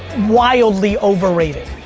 wildly overrated.